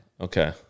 Okay